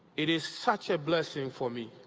it is such a blessing for me,